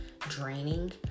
draining